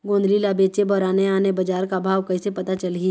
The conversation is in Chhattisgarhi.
गोंदली ला बेचे बर आने आने बजार का भाव कइसे पता चलही?